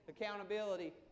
Accountability